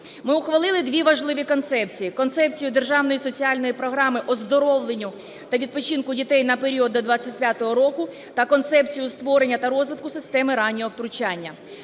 Ми ухвалили дві важливі концепції: Концепцію Державної соціальної програми оздоровлення та відпочинку дітей на період до 2025 року та Концепцію створення та розвитку системи раннього втручання.